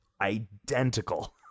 identical